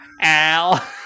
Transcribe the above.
Al